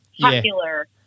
Popular